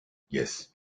yes